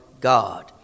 God